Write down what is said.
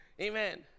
Amen